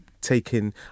taking